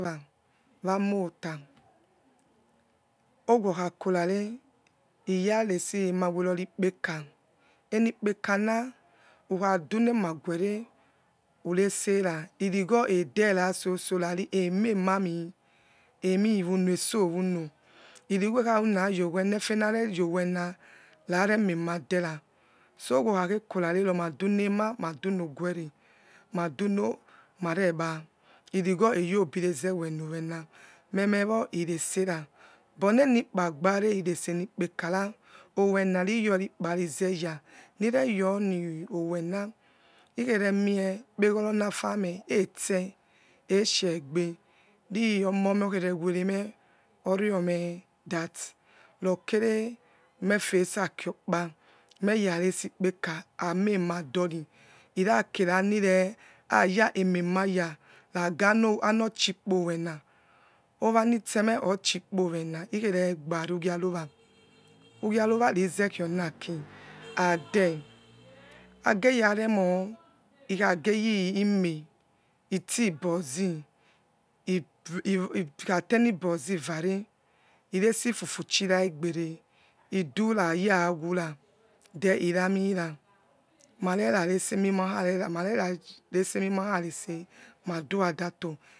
Wmota owokhakorare iyaresi emawerori kpeka enikpekana ukhadunemagueve uresena iregho ederasozo rariri emema mi emi wuno eso wuno irigho ekhe runayowena efenanejowena nare memadera so owo khakhe korarero madu nema madun ogu ere maduno maregba irigho iyobireze woniowena memewo iresera but nenikpabiare iresenikpekara owena riyarimarezeya ireyoniowena iremi ikpeghore nafame etse esie gbe ri omomo okhere were meh orio meh that rokenemeface aki okpa meraresi kpka amoi npadori irake rianire aya ememaya naganochi powena owani oteme ochi kpowana ikheregbare ugiarowo ugiarowana ikheregbare ugiarowo ugiarowo rizekhionaki ade ageyare mo ikhageyi ime itibozi iyesifufu chiragbere iduraiya wura then iramira marerarese emimakha rese madu adato